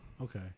Okay